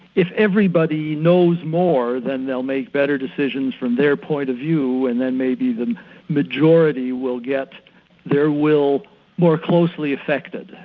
if everybody knows more then they'll make better decisions from their point of view and then maybe the majority will get their will more closely affected,